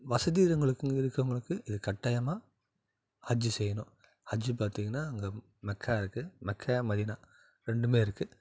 வசதி இருங்க இருக்கவங்களுக்கு இது கட்டாயமாக ஹஜ் செய்யணும் ஹஜ் பார்த்திங்கன்னா அங்கே மெக்கா இருக்கு மெக்கா மதின்னா ரெண்டுமே இருக்கு